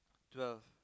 twelve